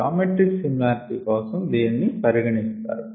geometric similarity కోసం దీనిని పరిగణిస్తారు